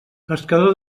pescador